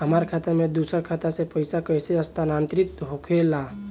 हमार खाता में दूसर खाता से पइसा कइसे स्थानांतरित होखे ला?